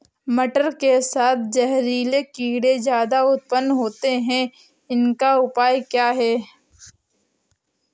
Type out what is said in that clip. मटर के साथ जहरीले कीड़े ज्यादा उत्पन्न होते हैं इनका उपाय क्या है?